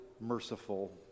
merciful